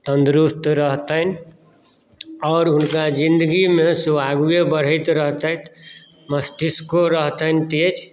तन्दुरुस्त रहतनि आओर हुनका जिन्दगीमे से आगुए बढ़ैत रहितथि मस्तिष्को रहतनि तेज